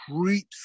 creeps